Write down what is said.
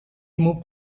moved